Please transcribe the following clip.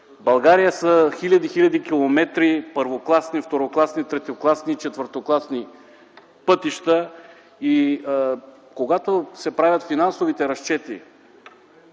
България е хиляди-хиляди километри първокласни, второкласни, третокласни, четвъртокласни пътища. Когато се правят финансовите разчети